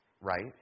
right